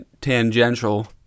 tangential